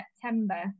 September